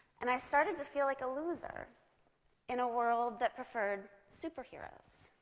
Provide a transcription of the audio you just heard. and i started to feel like a loser in a world that preferred superheroes.